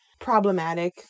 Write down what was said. problematic